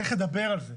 צריך לדבר על זה.